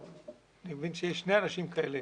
אני מבין שיש שני אנשים כאלה